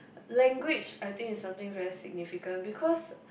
language I think is something very significant because